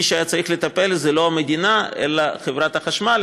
מי שהיה צריך לטפל זה לא המדינה אלא חברת החשמל.